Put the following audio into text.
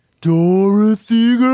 dorothy